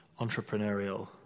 entrepreneurial